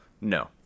No